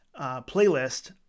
playlist